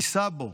נישא בו.